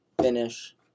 finish